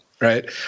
Right